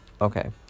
Okay